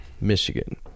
michigan